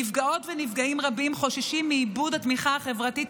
נפגעות ונפגעים רבים חוששים מאיבוד התמיכה החברתית,